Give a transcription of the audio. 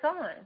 on